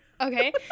Okay